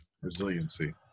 resiliency